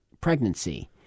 pregnancy